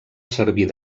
servir